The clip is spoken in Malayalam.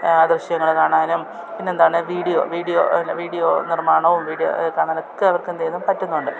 ദൃശ്യങ്ങൾ കാണാനും പിന്നെ എന്താണ് വീഡിയോ വീഡിയോ വീഡിയോ നിർമ്മാണവും വഡിയോ കാണാനൊക്കെ അവർക്ക് എന്തും പറ്റുന്നുണ്ട്